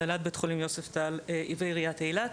הנהלת בית חולים יוספטל ועיריית אילת,